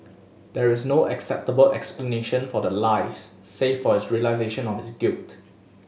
there is no acceptable explanation for the lies save for his realisation of his guilt